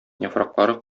яфраклары